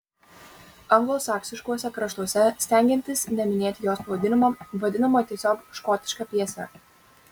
anglosaksiškuose kraštuose stengiantis neminėti jos pavadinimo vadinama tiesiog škotiška pjese